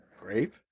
Grape